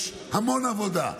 יש המון עבודה.